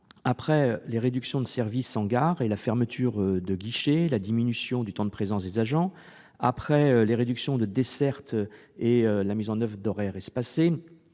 après les réductions de services en gare, après les fermetures de guichets et la diminution du temps de présence des agents, après les réductions de dessertes et la mise en oeuvre d'horaires espacés,